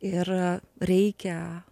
ir reikia